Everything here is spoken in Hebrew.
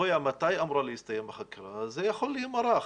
שקובע מתי אמורה להסתיים החקירה זה יכול להימרח,